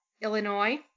Illinois